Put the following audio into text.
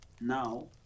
now